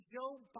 Joe